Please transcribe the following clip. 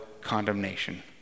condemnation